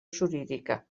jurídica